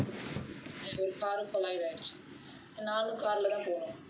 the bus சும்~ ஒரு:sum~ oru car collided ஆய்டுச்சு:aiduchu